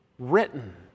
written